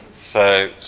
so,